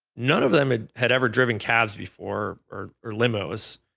none of them had had ever driven cabs before or or limos.